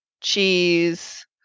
cheese